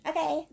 Okay